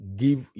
give